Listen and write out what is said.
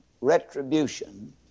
retribution